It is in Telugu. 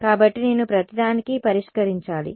కాబట్టి నేను ప్రతిదానికీ పరిష్కరించాలి